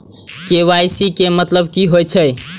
KYC के मतलब की होई छै?